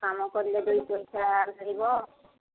କାମ କଲେ ଦୁଇ ପଇସା ମିଳିବ